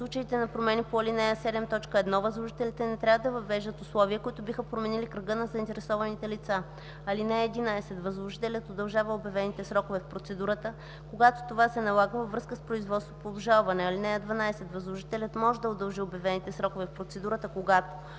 в случаите на промени по ал. 7, т. 1 възложителите не трябва да въвеждат условия, които биха променили кръга на заинтересованите лица. (11) Възложителят удължава обявените срокове в процедурата, когато това се налага във връзка с производство по обжалване. (12) Възложителят може да удължи обявените срокове в процедурата, когато: